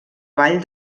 vall